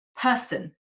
person